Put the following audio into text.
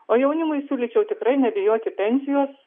o jaunimui siūlyčiau tikrai nebijoti pensijos